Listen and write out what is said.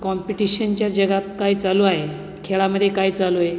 काँपिटिशनच्या जगात काय चालू आहे खेळामध्ये काय चालू आहे